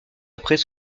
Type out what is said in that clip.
après